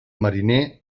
mariner